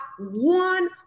one